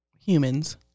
Humans